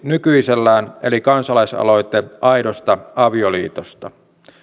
nykyisellään eli kansalaisaloite aidosta avioliitosta